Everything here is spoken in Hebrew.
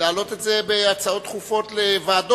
להעלות את זה בהצעות דחופות לוועדות,